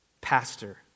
pastor